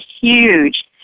huge